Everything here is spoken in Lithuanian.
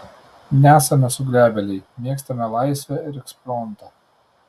nesame suglebėliai mėgstame laisvę ir ekspromtą